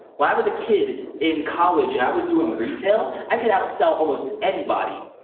when i was a kid in college and i was doing retail, i could outsell almost anybody,